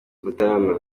mutarama